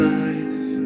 life